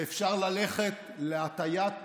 ואפשר ללכת להטיית